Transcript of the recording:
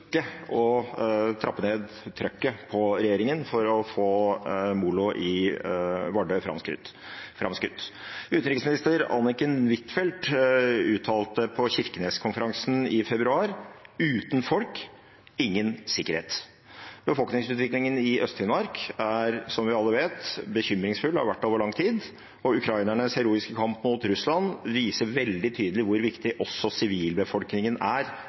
Vardø framskutt. Utenriksminister Anniken Huitfeldt uttalte på Kirkenes-konferansen i februar: «Uten folk, ingen sikkerhet.» Befolkningsutviklingen i Øst-Finnmark er, som vi alle vet, bekymringsfull, og har vært det over lang tid. Ukrainernes heroiske kamp mot Russland viser veldig tydelig hvor viktig også sivilbefolkningen er